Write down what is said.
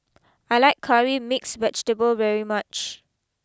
I like Curry Mixed Vegetable very much